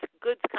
goods